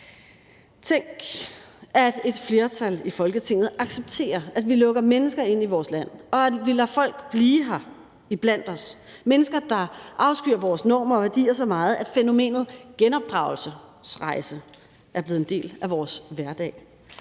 Tænk, at et flertal i Folketinget accepterer, at vi lukker mennesker ind i vores land og lader dem blive iblandt os, altså mennesker, der afskyr vores normer og værdier så meget, at fænomenet genopdragelsesrejse er blevet en del af vores hverdag.